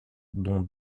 dont